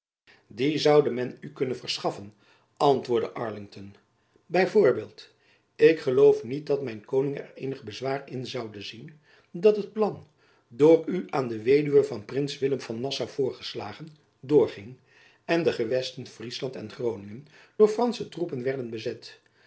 die zoude men u kunnen verschaffen antwoordde arlington by voorbeeld ik geloof niet dat mijn koning er eenig bezwaar in zoude zien dat het plan door u aan de weduwe van prins willem van nassau voorgeslagen doorging en de gewesten friesland en groningen door fransche troepen werden bezet